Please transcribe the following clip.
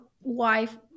wife